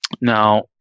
Now